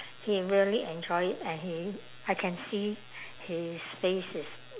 he really enjoy it and he I can see his face is